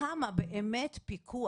בי"ת כמה באמת פיקוח?